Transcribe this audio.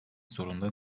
zorunda